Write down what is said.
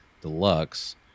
deluxe